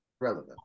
Relevant